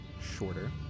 shorter